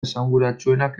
esanguratsuenak